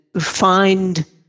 find